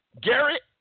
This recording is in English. Garrett